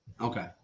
Okay